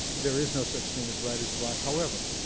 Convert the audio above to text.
there is no such thing as writer's block. however,